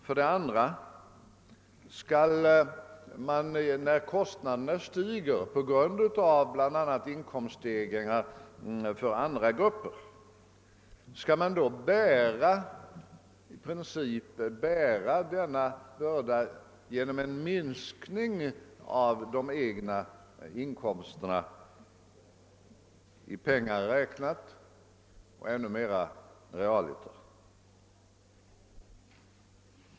För det andra: Om kostnaderna stiger bl.a. på grund av inkomststegringar för andra grupper, skall då denna börda i princip bäras av handeln och hantverket genom en minskning av de egna inkomsterna, i pengar räknat och än mera realiter?